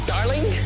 Darling